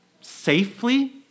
safely